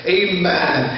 amen